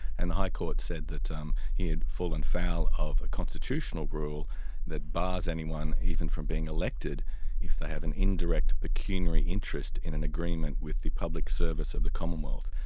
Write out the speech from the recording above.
and the high court said that um he had fallen foul of a constitutional rule that bars anyone even from being elected if they have an indirect pecuniary interest in an agreement with the public service of the commonwealth,